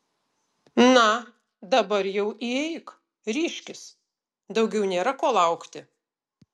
na dabar jau įeik ryžkis daugiau nėra ko laukti